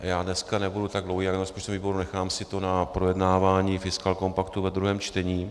Já dneska nebudu tak dlouhý jako na rozpočtovém výboru, nechám si to na projednávání fiskálkompaktu ve druhém čtení.